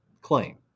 claim